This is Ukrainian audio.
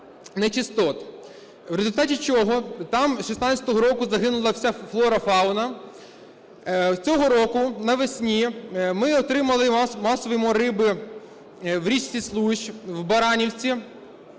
нечистот, в результаті чого там 2016 року загинула вся флора, фауна. Цього року навесні ми отримали масовий мор риби в річці Случ у Баранівці,